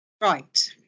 Right